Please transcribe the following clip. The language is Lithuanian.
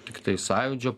tiktai sąjūdžio